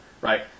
right